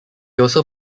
also